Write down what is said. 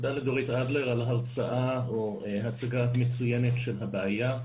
תודה לדורית אדלר על ההרצאה או הצגה מצוינת של הבעיה.